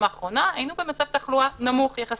האחרונה היינו במצב תחלואה נמוך יחסית,